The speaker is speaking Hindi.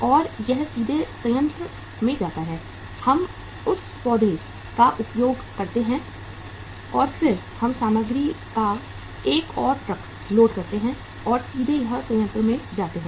और यह सीधे संयंत्र में जाता है हम उस पौधे का उपयोग करते हैं और फिर हम सामग्री का एक और ट्रक लोड करते हैं और सीधे उस संयंत्र में जाते हैं